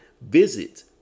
visit